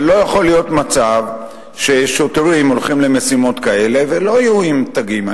אבל לא יכול להיות מצב ששוטרים הולכים למשימות כאלה ולא יהיו עם תגים.